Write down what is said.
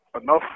enough